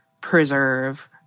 preserve